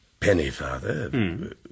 Pennyfather